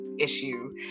issue